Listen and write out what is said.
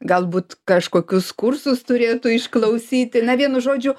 galbūt kažkokius kursus turėtų išklausyti na vienu žodžiu